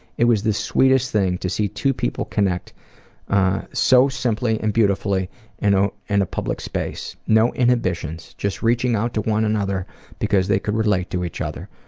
it was the sweetest thing to see two people connect so simply and beautifully and in and a public space. no inhibitions just reaching out to one another because they could relate to each other.